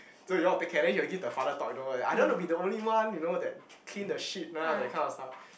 so you all will take care then he will give the father talk you know like I don't want to be the only one you know that clean the shit ah that kind of stuff